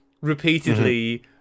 repeatedly